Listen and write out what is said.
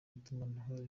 itumanaho